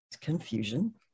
confusion